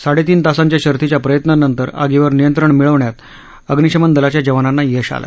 साडेतीन तासांच्या शर्थीच्या प्रयत्नानंतर आगीवर नियंत्रण मिळवण्यात अग्निशमन दलाच्या जवानांना यश आलं